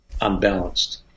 unbalanced